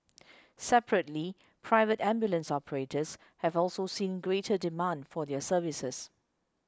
separately private ambulance operators have also seen greater demand for their services